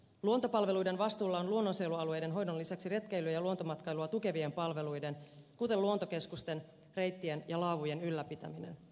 luontopalveluiden vastuulla on luonnonsuojelualueiden hoidon lisäksi retkeily ja luontomatkailua tukevien palveluiden kuten luontokeskusten reittien ja laavujen ylläpitäminen